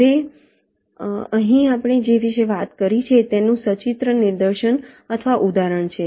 હવે અહીં આપણે જે વિશે વાત કરી છે તેનું સચિત્ર નિદર્શન અથવા ઉદાહરણ છે